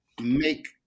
make